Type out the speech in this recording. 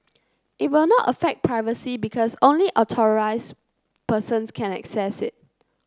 it will not affect privacy because only authorise persons can access it